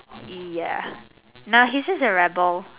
ya nah he's just a rebel